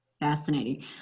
Fascinating